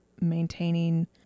maintaining